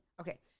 Okay